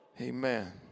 Amen